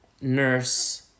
nurse